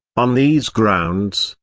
on these grounds,